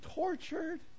tortured